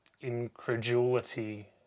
incredulity